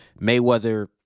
Mayweather